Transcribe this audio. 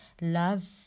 love